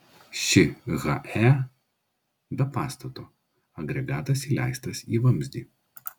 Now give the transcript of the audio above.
ši he be pastato agregatas įleistas į vamzdį